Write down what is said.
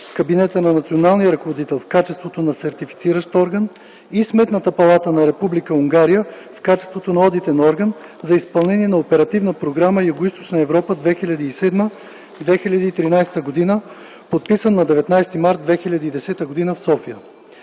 Кабинета на националния ръководител в качеството на Сертифициращ орган, и Сметната палата на Република Унгария в качеството на Одитен орган за изпълнение на Оперативна програма „Югоизточна Европа” 2007-2013 г., подписан на 19 март 2010 г. в София